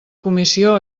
comissió